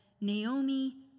Naomi